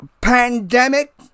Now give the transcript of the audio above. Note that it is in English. pandemic